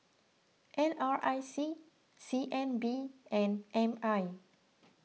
N R I C C N B and M I